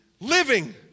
living